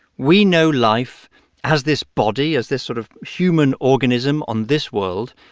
we know life as this body, as this sort of human organism on this world.